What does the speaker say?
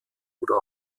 oder